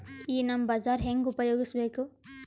ಈ ನಮ್ ಬಜಾರ ಹೆಂಗ ಉಪಯೋಗಿಸಬೇಕು?